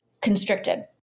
constricted